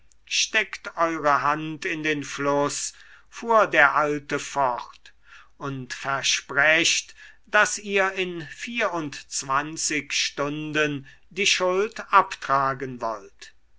steckt eure hand in den fluß fuhr der alte fort und versprecht daß ihr in vierundzwanzig stunden die schuld abtragen wollt